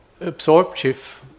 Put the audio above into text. absorptive